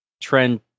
trend